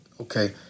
okay